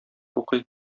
укый